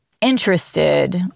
interested